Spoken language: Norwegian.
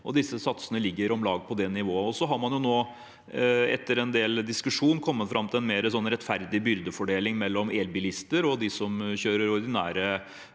disse satsene ligger om lag på det nivået. Så har man nå etter en del diskusjon kommet fram til en mer rettferdig byrdefordeling mellom elbilister og de som kjører ordinære